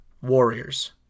Warriors